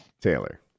Taylor